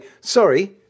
sorry